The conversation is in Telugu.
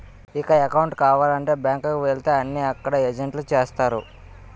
ఇక అకౌంటు కావాలంటే బ్యాంకు కు వెళితే అన్నీ అక్కడ ఏజెంట్లే చేస్తారు